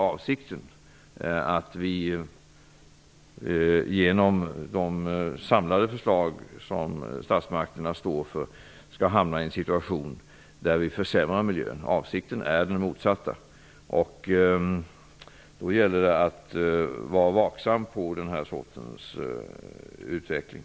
Att vi genom de samlade förslag som statsmakterna står för skall hamna i en situation där miljön försämras är inte avsikten. Avsikten är den motsatta. Det gäller då att vara vaksam på denna sortens utveckling.